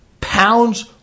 pounds